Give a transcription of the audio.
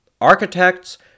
Architects